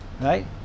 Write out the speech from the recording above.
Right